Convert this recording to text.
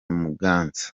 muganza